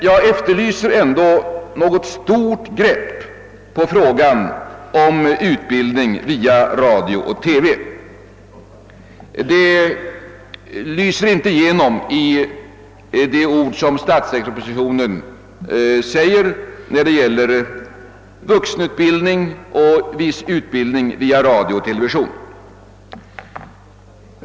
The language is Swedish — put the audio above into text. Jag efterlyser ändå något stort grepp på frågan om utbildning via radio och TV. Det lyser inte genom i statsverkspropositionens ord om vuxenutbildning och viss utbildning via radio och television.